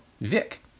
Vic